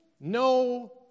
No